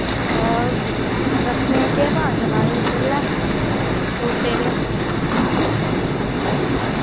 और सब्जियें केह् भा चला दे इस बेल्लै फ्रूटे दे